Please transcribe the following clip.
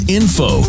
info